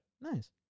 Nice